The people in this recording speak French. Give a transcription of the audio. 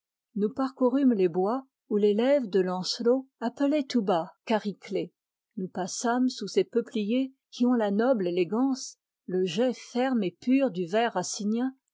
nous parcourûmes les bois où l'élève de lancelot appelait tout bas chariclée nous passâmes sous ces peupliers qui ont la noble élégance le jet ferme et pur du vers